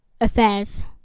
affairs